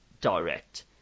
Direct